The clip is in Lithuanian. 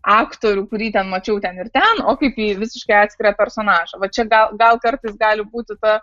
aktorių kurį ten mačiau ten ir ten o kaip į visiškai atskirą personažą va čia gal gal kartais gali būti ta